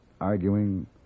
arguing